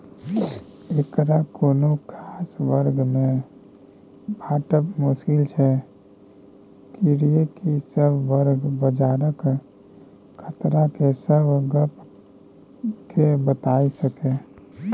एकरा कुनु खास वर्ग में बाँटब मुश्किल छै कियेकी सब वर्ग बजारक खतरा के सब गप के बताई सकेए